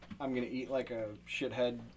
I'm-gonna-eat-like-a-shithead